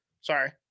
Sorry